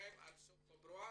לחודשיים עד סוף פברואר.